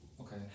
okay